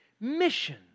mission